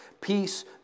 peace